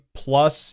plus